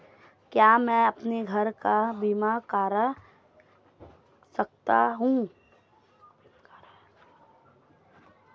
क्या मैं अपने घर का बीमा करा सकता हूँ?